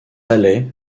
allaient